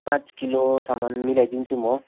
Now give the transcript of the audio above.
पाँच किलोसम्म मिलाइदिन्छु म